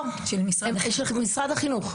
של משרד החינוך.